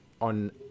on